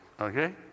okay